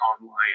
online